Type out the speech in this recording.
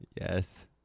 Yes